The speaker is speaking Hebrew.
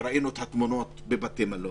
וראינו את התמונות בבתי מלון,